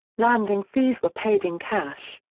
landing fees were paid in cash,